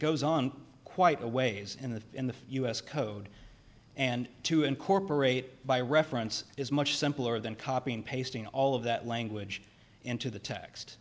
goes on quite a ways in the in the u s code and to incorporate by reference is much simpler than copying pasting all of that language into the text